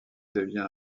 devient